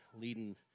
leading